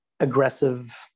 aggressive